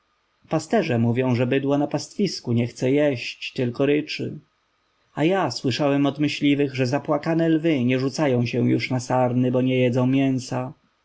pasterze mówią że bydło na pastwisku nie chce jeść tylko ryczy a ja słyszałem od myśliwych że zapłakane lwy nie rzucają się już na sarny bo nie jedzą mięsa